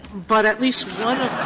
but at least one of